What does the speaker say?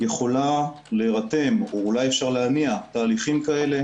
יכולה להירתם, או אולי אפשר להניע תהליכים כאלה,